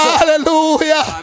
Hallelujah